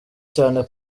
cyane